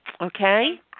Okay